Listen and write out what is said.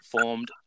formed